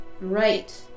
Right